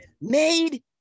Made